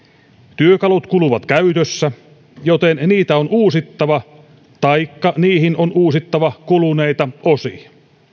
työkalut kuluvat käytössä joten niitä on uusittava taikka niihin on uusittava kuluneita osia